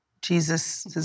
Jesus